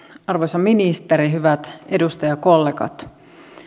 arvoisa ministeri hyvät edustajakollegat